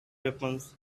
weapons